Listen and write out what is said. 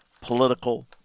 political